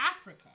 Africa